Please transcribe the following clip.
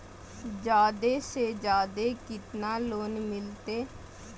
जादे से जादे कितना लोन मिलते?